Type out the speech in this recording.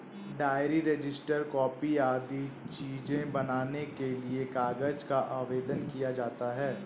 diary, register, copy आदि चीजें बनाने के लिए कागज का आवेदन किया जाता है